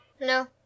No